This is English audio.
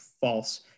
false